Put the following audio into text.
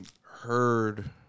heard